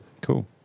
cool